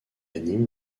anime